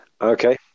Okay